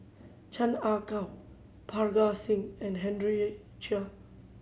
Chan Ah Kow Parga Singh and Henry Chia